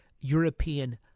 European